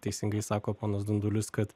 teisingai sako ponas dundulis kad